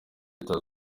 leta